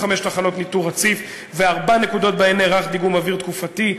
תחנות ניטור רציף וארבע נקודות שבהן נערך דיגום אוויר תקופתי.